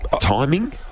timing